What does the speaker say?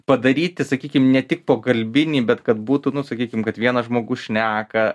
padaryti sakykim ne tik pokalbinį bet kad būtų nu sakykim kad vienas žmogus šneka